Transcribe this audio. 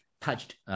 touched